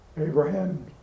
Abraham